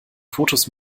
fotos